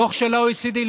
דוח של ה-OECD,